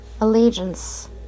Allegiance